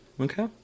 Okay